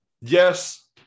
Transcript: yes